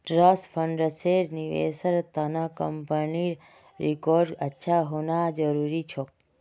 trust फंड्सेर निवेशेर त न कंपनीर रिकॉर्ड अच्छा होना जरूरी छोक